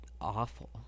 Awful